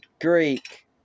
Greek